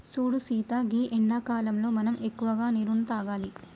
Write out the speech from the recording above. సూడు సీత గీ ఎండాకాలంలో మనం ఎక్కువగా నీరును తాగాలి